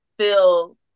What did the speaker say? feel